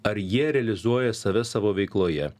ar jie realizuoja save savo veikloje